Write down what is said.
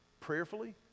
prayerfully